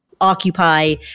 occupy